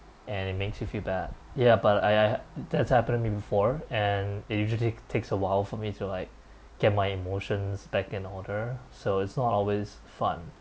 and it makes you feel bad ya but I uh that's happened to me before and it usually takes a while for me to like get my emotions back in order so it's not always fun